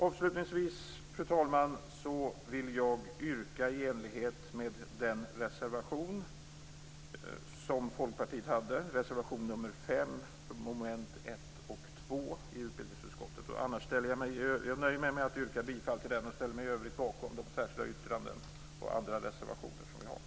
Avslutningsvis, fru talman, vill jag yrka i enlighet med den reservation som Folkpartiet hade - reservation nr 5 under mom. 1 och 2 i utbildningsutskottets betänkande. Jag nöjer mig med att yrka bifall till den och ställer mig i övrigt bakom de särskilda yttranden och andra reservationer som vi har.